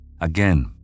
Again